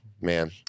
Man